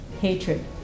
hatred